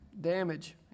Damage